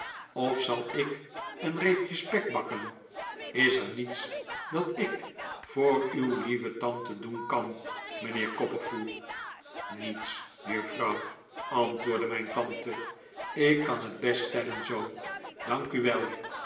of zal ik een reepje spek bakken is er niets dat ik voor uw lieve tante doen kan mijnheer copperfull niets juffrouw antwoordde mijn tante ik kan het best stellen zoo